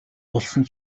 болсон